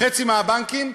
חצי מהבנקים,